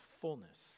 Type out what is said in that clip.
fullness